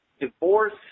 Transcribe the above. divorce